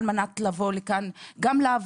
על מנת לבוא לכאן לעבוד.